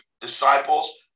disciples